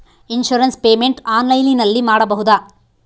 Insurance payment ಆನ್ಲೈನಿನಲ್ಲಿ ಮಾಡಬಹುದಾ?